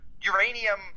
uranium